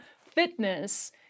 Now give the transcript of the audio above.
fitness